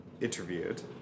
interviewed